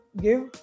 give